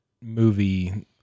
movie